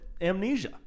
amnesia